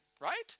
Right